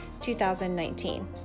2019